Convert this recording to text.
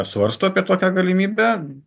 svarsto apie tokią galimybę